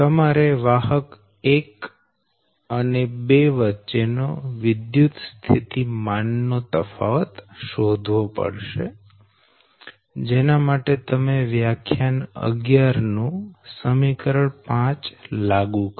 તમારે વાહક 1 અને 2 વચ્ચે નો વિદ્યુત સ્થિતિમાન નો તફાવત શોધવો પડશે જેના માટે તમે વ્યાખ્યાન 11 નું સમીકરણ 5 લાગુ કરો